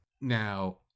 Now